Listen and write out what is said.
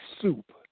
soup